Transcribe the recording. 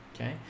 okay